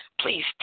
Please